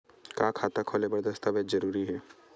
का खाता खोले बर दस्तावेज जरूरी हे?